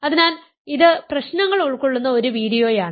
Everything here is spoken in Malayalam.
അതിനാൽ ഇത് പ്രശ്നങ്ങൾ ഉൾക്കൊള്ളുന്ന ഒരു വീഡിയോയാണ്